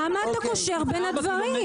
למה אתה קושר בין הדברים?